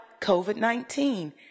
COVID-19